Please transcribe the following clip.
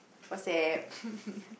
WhatsApp